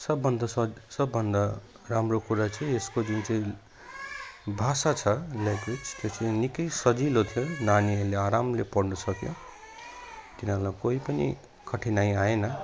सबभन्दा सज सबभन्दा राम्रो कुरा चाहिँ यसको जुन चाहिँ भाषा छ ल्याङ्ग्वेज त्यो चाहिँ निक्कै सजिलो थियो नानीहरूले आरामले पढ्नु सक्यो तिनीहरूलाई कोही पनि कठिनाइ आएन